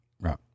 Right